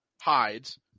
hides